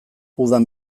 udan